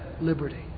liberty